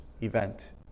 event